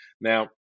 Now